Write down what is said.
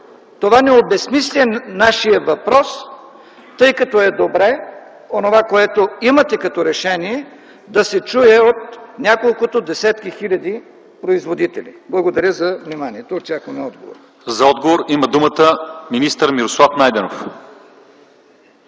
това не обезсмисля нашия въпрос, тъй като е добре онова, което имате като решение, да се чуе от няколкото десетки хиляди производители. Благодаря за вниманието. Очаквам отговор. ПРЕДСЕДАТЕЛ ЛЪЧЕЗАР ИВАНОВ: За отговор има думата министър Мирослав Найденов.